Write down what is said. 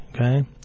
okay